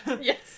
Yes